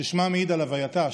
ששמה מעיד על הווייתה,